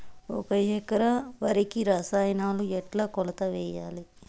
ఒక ఎకరా వరికి రసాయనాలు ఎట్లా కొలత వేయాలి?